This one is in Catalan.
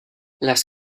les